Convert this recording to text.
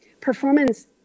performance